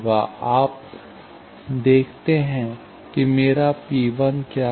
तो आप देखते हैं कि मेरा P1 क्या है